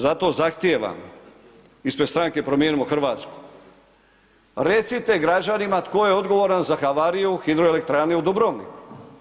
Zato zahtijevam ispred stranke Promijenimo Hrvatsku, recite građanima, tko je odgovoran za havariju, hidroelektrane u Dubrovniku?